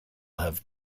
have